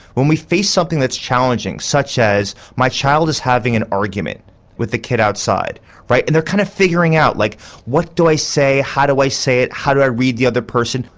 when we face something that is challenging such as my child is having an argument with the kid outside and they are kind of figuring out like what do i say, how do i say it, how do i read the other person,